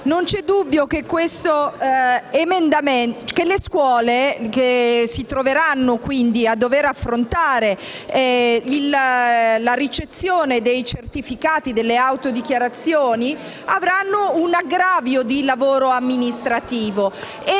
non c'è dubbio che le scuole che si troveranno a dover affrontare la ricezione dei certificati delle autodichiarazioni avranno un aggravio di lavoro amministrativo.